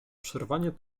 przerwanie